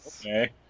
Okay